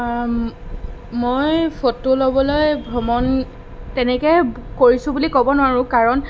মই ফটো ল'বলৈ ভ্ৰমণ তেনেকৈ কৰিছোঁ বুলি ক'ব নোৱাৰোঁ কাৰণ